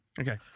Okay